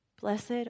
blessed